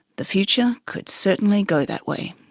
the future could certainly go that way.